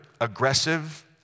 aggressive